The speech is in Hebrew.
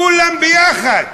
כולם ביחד.